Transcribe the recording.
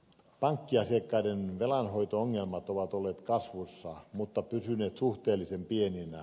pankkiasiakkaiden velanhoito ongelmat ovat olleet kasvussa mutta pysyneet suhteellisen pieninä